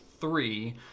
three